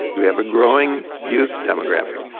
you have a growing youth demographic,